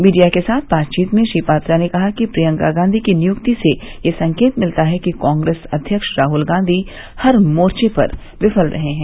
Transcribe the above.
media के साथ बातचीत में श्री पात्रा ने कहा कि प्रियंका गांधी की नियुक्ति से ये संकेत मिलता है कि कांग्रेस अध्यक्ष राहुल गांधी हर मोर्चे पर विफल रहे हैं